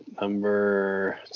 Number